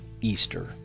EASTER